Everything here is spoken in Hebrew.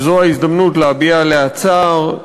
וזו ההזדמנות להביע עליה צער,